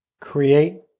Create